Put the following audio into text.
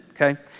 okay